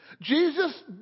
Jesus